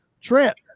Trent